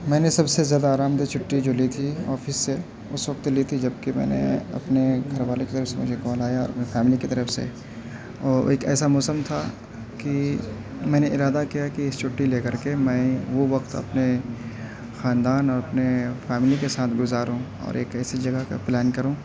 میں نے سب سے زیادہ آرامدہ چھٹّی جو لی تھی آفس سے اس وقت لی تھی جبکہ میں نے اپنے گھر والے کی طرف سے مجھے کال آیا اپنی فیملی کی طرف سے اور وہ ایک ایسا موسم تھا کہ میں نے ارادہ کیا کہ چھٹّی لے کر کے میں وہ وقت اپنے خاندان اور اپنے فیملی کے ساتھ گزاروں اور ایک ایسی جگہ کا پلان کروں